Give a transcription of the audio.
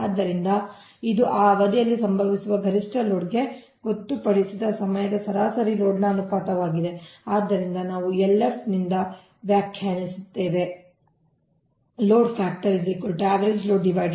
ಆದ್ದರಿಂದ ಇದು ಆ ಅವಧಿಯಲ್ಲಿ ಸಂಭವಿಸುವ ಗರಿಷ್ಠ ಲೋಡ್ಗೆ ಗೊತ್ತುಪಡಿಸಿದ ಸಮಯದ ಸರಾಸರಿ ಲೋಡ್ನ ಅನುಪಾತವಾಗಿದೆ ಆದ್ದರಿಂದ ನಾವು LF ನಿಂದ ವ್ಯಾಖ್ಯಾನಿಸುತ್ತಿರುವ ಲೋಡ್ ಅಂಶವಾಗಿದೆ